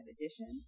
edition